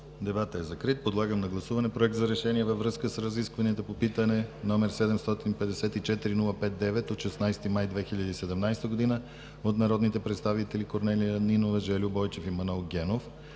Дебатът е закрит. Подлагам на гласуване Проект за решение във връзка с разискванията по питане, № 754-05-9, от 16 май 2017 г., от народните представители Корнелия Нинова, Жельо Бойчев и Манол Генов